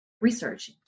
research